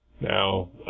Now